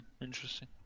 interesting